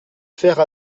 faire